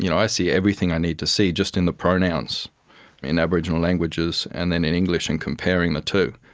you know i see everything i need to see just in the pronouns in aboriginal languages and then in english and comparing the two.